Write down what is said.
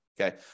Okay